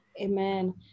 Amen